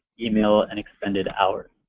yeah e-mail, and extended hours.